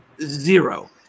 Zero